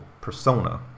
persona